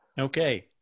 Okay